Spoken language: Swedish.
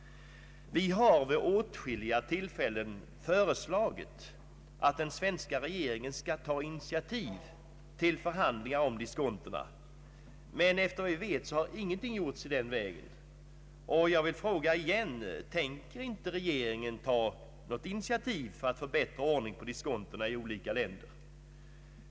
Vi har vid åtskilliga tillfällen föreslagit att den svenska regeringen skall ta initiativ till förhandlingar om diskontona, men efter vad vi vet har ingenting gjorts i den vägen. Jag vill åter fråga: Tänker inte regeringen ta något initiativ för att få bättre ordning på diskontona i olika länder?